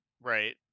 Right